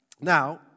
now